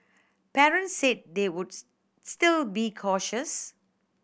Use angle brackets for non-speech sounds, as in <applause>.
parents said they would <unintelligible> still be cautious